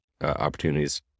opportunities